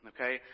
okay